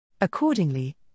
Accordingly